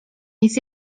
jest